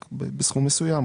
לאתר אינטרנט בלבד,